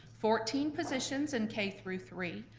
fourteen positions and k through three,